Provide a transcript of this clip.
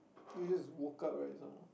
you just woke up right some more